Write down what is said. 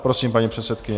Prosím, paní předsedkyně.